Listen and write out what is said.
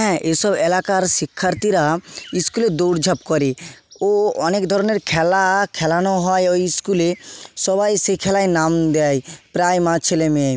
হ্যাঁ এসব এলাকার শিক্ষার্থীরা স্কুলে দৌড় ঝাঁপ করে ও অনেক ধরনের খেলা খেলানো হয় ওই স্কুলে সবাই সেই খেলায় নাম দেয় প্রায় মা ছেলে মেয়ে